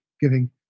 giving